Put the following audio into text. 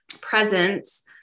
presence